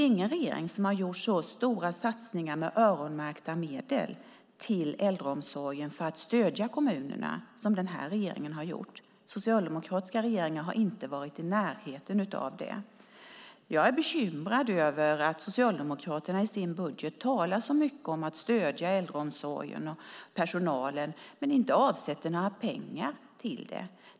Ingen regering har gjort så stora satsningar med öronmärkta medel till äldreomsorgen för att stödja kommunerna som den här regeringen har gjort. Socialdemokratiska regeringar har inte varit i närheten av det. Jag är bekymrad över att Socialdemokraterna i sin budget talar så mycket om att stödja äldreomsorgen och personalen men inte avsätter några pengar till det.